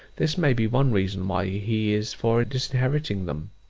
this may be one reason why he is for disinheriting them.